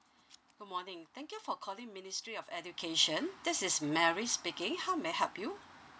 good morning thank you for calling ministry of education this is mary speaking how may I help you